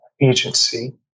agency